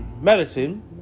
medicine